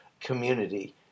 community